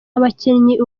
abakinnyi